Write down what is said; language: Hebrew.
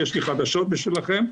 יש לי חדשות בשבילכם,